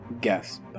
guess